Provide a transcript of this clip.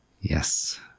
Yes